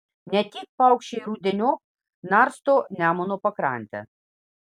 ne tik paukščiai rudeniop narsto nemuno pakrantę